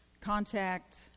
Contact